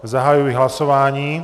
Zahajuji hlasování.